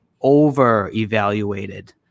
over-evaluated